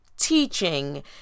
teaching